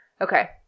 okay